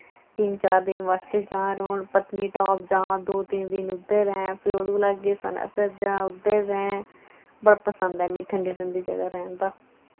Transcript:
तिन चार दिन आस्तै जां रौह्न पत्तनीटाप जां दो तिन दिन उद्धर रैंह फिर ओह्दे कोला अग्गै सनासर जां उद्धर रैंह् बड़ा पसंद ऐ मि ठंडी ठंडी रैह्न दा